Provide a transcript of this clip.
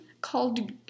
called